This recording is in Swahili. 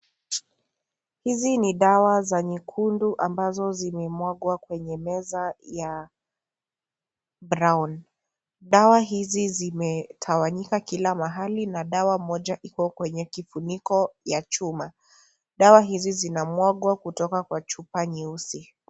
Hizi ni dawa za nyekundu ambazo zimemwagwa kwenye meza ya brown dawa hizi zimetawanyika kila mahali na dawa moja iko kwenye kifuniko ya chuma, dawa hizi zinamwagwa kutoka kwenye chupa nyeusi.